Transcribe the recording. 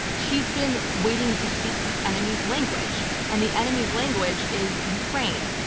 she's been waiting to speak the enemy's language, and the enemy's language is ukraine.